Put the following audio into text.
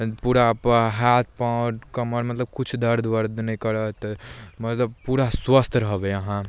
पूरा हाथ पाँव कमर मतलब कुछ दर्द वर्द नहि करत मतलब पूरा स्वस्थ रहबै अहाँ